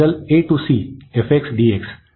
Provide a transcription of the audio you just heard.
असे मिळेल